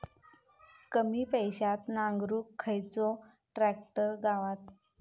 कमी पैशात नांगरुक खयचो ट्रॅक्टर गावात?